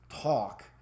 talk